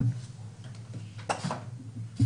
אני